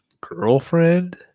girlfriend